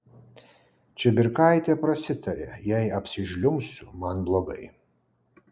čibirkaitė prasitarė jei apsižliumbsiu man blogai